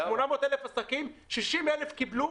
800,000 עסקים, 60,000 קיבלו.